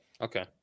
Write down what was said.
Okay